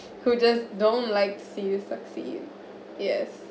who just don't like see you succeed yes